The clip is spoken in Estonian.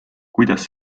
kuidas